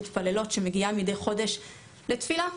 מתפללות שמגיעות מידי חודש לתפילה.